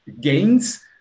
gains